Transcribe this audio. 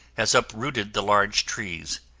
has uprooted the large trees.